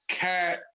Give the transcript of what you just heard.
Cat